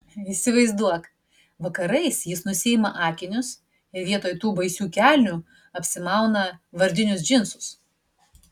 įsivaizduok vakarais jis nusiima akinius ir vietoj tų baisių kelnių apsimauna vardinius džinsus